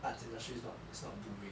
art industry is not it's not booming